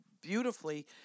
beautifully